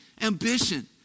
ambition